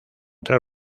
tres